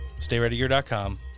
StayReadyGear.com